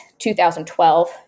2012